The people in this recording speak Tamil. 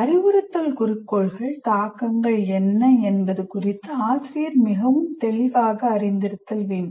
அறிவுறுத்தல் குறிக்கோள்கள் தாக்கங்கள் என்ன என்பது குறித்து ஆசிரியர் மிகவும் தெளிவாக அறிந்திருத்தல் வேண்டும்